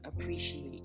appreciate